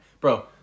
Bro